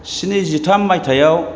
स्निजिथाम मायथाइआव